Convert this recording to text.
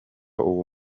uwo